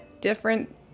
different